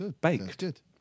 Baked